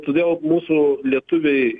todėl mūsų lietuviai